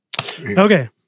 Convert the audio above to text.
Okay